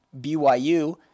BYU –